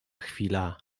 chwila